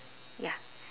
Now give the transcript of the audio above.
ya